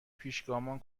پیشگامان